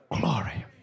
glory